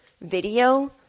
video